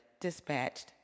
dispatched